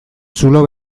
zulo